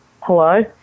hello